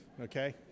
Okay